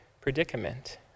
predicament